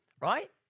right